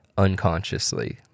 unconsciously